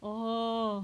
oh